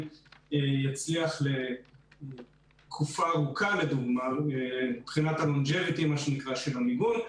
יצליח לתקופה ארוכה מבחינת ה- -- של המיגון.